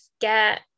get